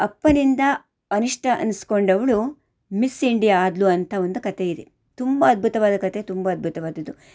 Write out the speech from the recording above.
ಅಪ್ಪನಿಂದ ಅನಿಷ್ಟ ಅನ್ನಿಸ್ಕೊಂಡವ್ಳು miss India ಆದಳು ಅಂತ ಒಂದು ಕಥೆಯಿದೆ ತುಂಬ ಅದ್ಭುತವಾದ ಕಥೆ ತುಂಬ ಅದ್ಭುತವಾದದ್ದು